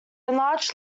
enlarged